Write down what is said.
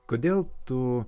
kodėl tu